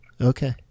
okay